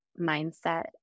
mindset